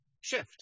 shift